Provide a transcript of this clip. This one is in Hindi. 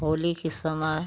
होली की समय